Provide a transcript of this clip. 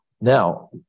Now